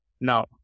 Now